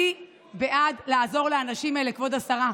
אני בעד לעזור לאנשים האלה, כבוד השרה.